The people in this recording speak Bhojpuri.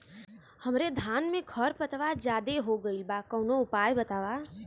हमरे धान में खर पतवार ज्यादे हो गइल बा कवनो उपाय बतावा?